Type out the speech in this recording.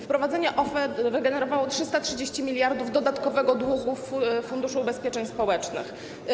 Wprowadzenie OFE wygenerowało 330 mld dodatkowego długu Funduszu Ubezpieczeń Społecznych.